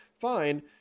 fine